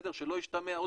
שלא ישתמע,